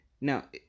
Now